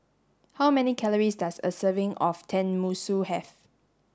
how many calories does a serving of Tenmusu have